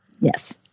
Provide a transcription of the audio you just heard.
Yes